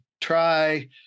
try